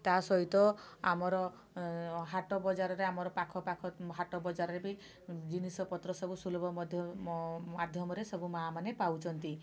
ତା ସହିତ ଆମର ହାଟ ବଜାରରେ ଆମ ଆଖପାଖ ହାଟ ବଜାରରେ ବି ଜିନିଷ ପତ୍ର ସବୁ ସୁଲଭ ମଧ୍ୟ ମାଧ୍ୟମରେ ସବୁ ମାଆ ମାନେ ପାଉଛନ୍ତି